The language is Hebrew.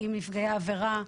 עם נפגעי העבירה.